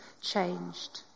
changed